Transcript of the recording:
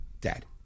Dad